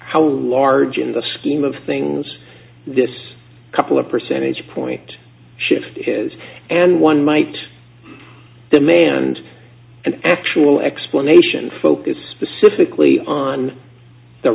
how large in the scheme of things this couple of percentage point shift is and one might demand an actual explanation focus specifically on the